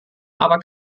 aber